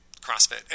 CrossFit